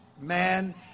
man